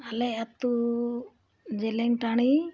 ᱟᱞᱮ ᱟᱛᱳ ᱡᱮᱞᱮᱧ ᱴᱟᱺᱰᱤ